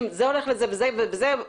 שאת אומרת שזה הולך לזה וזה הולך לזה,